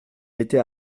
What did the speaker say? était